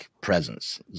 presence